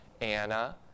Anna